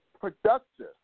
productive